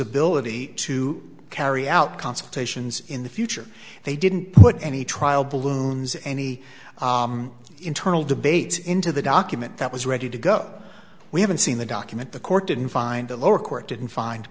ability to carry out consultations in the future they didn't put any trial balloons any internal debates into the document that was ready to go we haven't seen the document the court didn't find the lower court didn't find